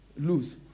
Lose